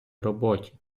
роботі